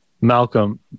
Malcolm